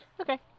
Okay